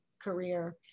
Career